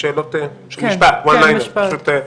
כן, במשפט.